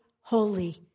holy